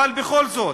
אבל בכל זאת,